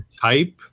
type